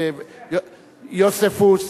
יוספוס.